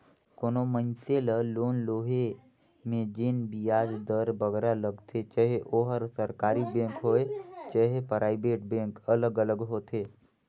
कोनो मइनसे ल लोन लोहे में जेन बियाज दर बगरा लगथे चहे ओहर सरकारी बेंक होए चहे पराइबेट बेंक अलग अलग होथे